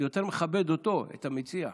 זה יותר מכבד אותו, את המציע.